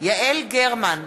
יעל גרמן,